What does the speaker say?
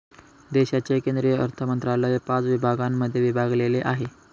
देशाचे केंद्रीय अर्थमंत्रालय पाच विभागांमध्ये विभागलेले आहे